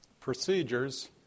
procedures